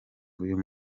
uyu